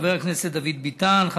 חבר הכנסת דוד ביטן,